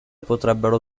potrebbero